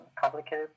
complicated